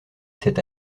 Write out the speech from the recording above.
cet